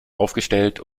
aufgestellt